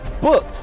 book